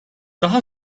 daha